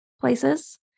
places